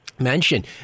Mention